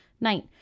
night